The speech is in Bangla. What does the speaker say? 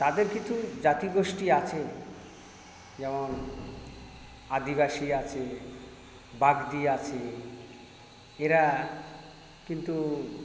তাদের কিছু জাতি গোষ্টী আছে যেমন আদিবাসী আছে বাগদি আছে এরা কিন্তু